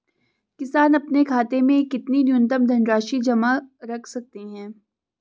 किसान अपने खाते में कितनी न्यूनतम धनराशि जमा रख सकते हैं?